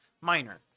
Minor